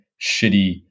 shitty